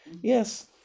Yes